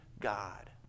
God